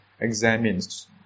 examines